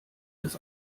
des